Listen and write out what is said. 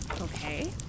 Okay